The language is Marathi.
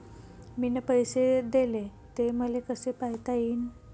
मिन पैसे देले, ते मले कसे पायता येईन?